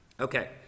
Okay